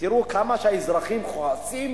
תראו כמה האזרחים כועסים